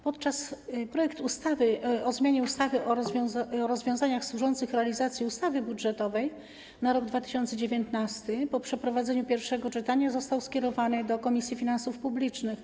Projekt ustawy o zmianie ustawy o rozwiązaniach służących realizacji ustawy budżetowej na rok 2019 po przeprowadzeniu pierwszego czytania został skierowany do Komisji Finansów Publicznych.